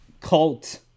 cult